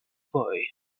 boy